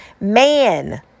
Man